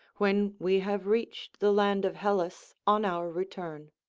when we have reached the land of hellas on our return.